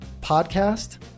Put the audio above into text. podcast